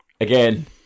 Again